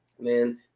Man